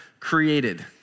created